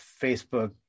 Facebook